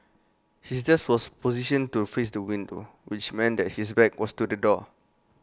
his desk was positioned to face the window which meant that his back was to the door